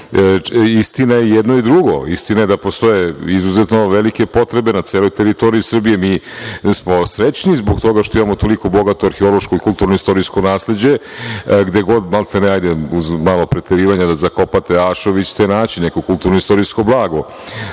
istina je i jedno i drugo. Istina je da postoje izuzetno velike potrebe na celoj teritoriji Srbije. Mi smo srećni zbog toga što imamo toliko bogato arheološko i kulturno – istorijsko nasleđe. Gde god, maltene, hajde uz malo preterivanja, da zakopate ašov, vi ćete naći neko kulturno – istorijsko blago. Radi